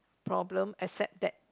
problem except that